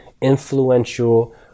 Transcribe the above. influential